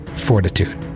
Fortitude